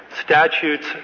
statutes